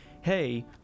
hey